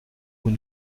vous